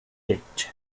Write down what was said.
lecce